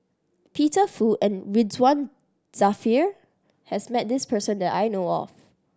Peter Fu and Ridzwan Dzafir has met this person that I know of